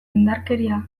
indarkeria